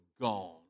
gone